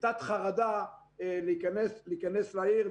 תת חרדה להיכנס לעיר,